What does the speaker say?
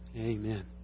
Amen